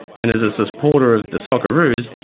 and as a supporter of the socceroos,